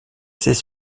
ces